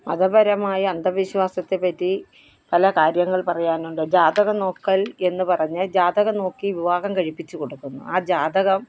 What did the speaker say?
മതപരമായ അന്ധവിശ്വാസത്തെപ്പറ്റി പല കാര്യങ്ങള് പറയാനുണ്ട് ജാതകം നോക്കല് എന്ന് പറഞ്ഞ് ജാതകം നോക്കി വിവാഹം കഴിപ്പിച്ച് കൊടുക്കുന്നു ആ ജാതകം